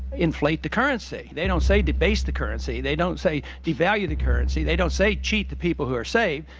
inflate the currency. they don't say debase the currency. they don't say devalue the currency. they don't say cheat the people who are safe.